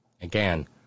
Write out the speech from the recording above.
Again